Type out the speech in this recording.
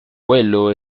vuelo